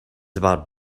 about